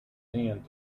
hand